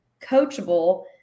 coachable